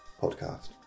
podcast